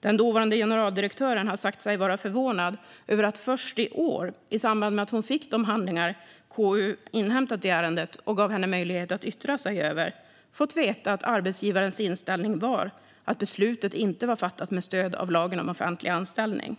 Den dåvarande generaldirektören har sagt sig vara förvånad över att först i år, i samband med att hon fick de handlingar KU inhämtat i ärendet och gavs möjlighet att yttra sig över dem, ha fått veta att arbetsgivarens inställning var att beslutet inte var fattat med stöd av lagen om offentlig anställning.